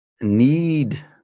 need